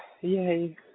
Yay